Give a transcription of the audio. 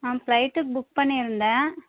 ஆ flight book பண்ணியிருந்தேன்